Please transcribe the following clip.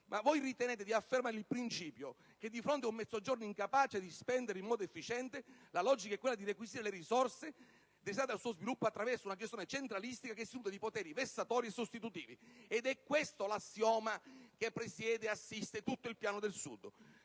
Voi ritenete di affermare il principio che, di fronte ad un Mezzogiorno incapace di spendere in modo efficiente, la logica è quella di requisire le risorse destinate al suo sviluppo attraverso una gestione centralistica che si nutre di poteri vessatori e sostitutivi. È questo l'assioma che presiede ed assiste tutto il Piano del Sud.